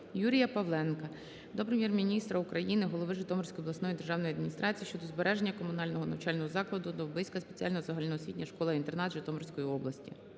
Юрія Павленка до Прем'єр-міністра України, голови Житомирської обласної державної адміністрації щодо збереження комунального навчального закладу "Довбиська спеціальна загальноосвітня школа-інтернат" Житомирської обласної